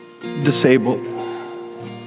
disabled